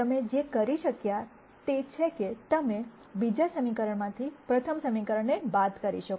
હવે તમે જે કરી શક્યા તે છે કે તમે બીજા સમીકરણમાંથી પ્રથમ સમીકરણને બાદ કરી શકો